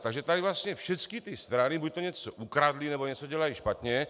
Takže tady vlastně všechny ty strany buďto něco ukradly, nebo něco dělají špatně.